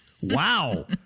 wow